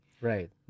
Right